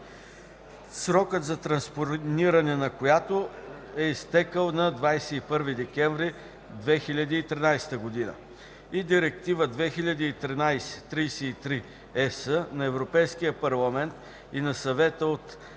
срокът за транспониране на която е изтекъл на 21 декември 2013 г., и Директива 2013/33/ЕС на Европейския парламент и на Съвета от 26